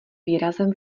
výrazem